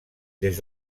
des